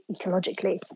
ecologically